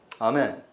Amen